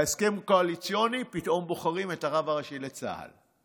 בהסכם הקואליציוני פתאום בוחרים את הרב הראשי לצה"ל.